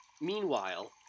Meanwhile